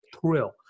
thrill